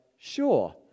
Sure